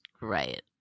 Right